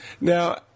Now